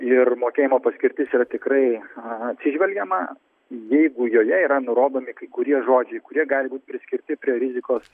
ir mokėjimo paskirtis yra tikrai atsižvelgiama jeigu joje yra nurodomi kai kurie žodžiai kurie gali būt priskirti prie rizikos